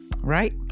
right